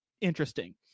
interesting